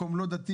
מקום לא דתי,